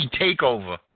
Takeover